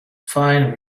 fine